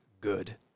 good